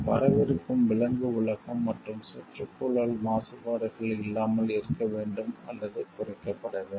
வரவிருக்கும் விலங்கு உலகம் மற்றும் சுற்றுச்சூழல் மாசுபாடுகள் இல்லாமல் இருக்க வேண்டும் அல்லது குறைக்கப்பட வேண்டும்